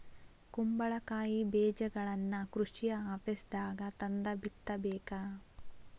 ಕುಂಬಳಕಾಯಿ ಬೇಜಗಳನ್ನಾ ಕೃಷಿ ಆಪೇಸ್ದಾಗ ತಂದ ಬಿತ್ತಬೇಕ